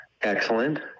excellent